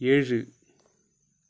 ஏழு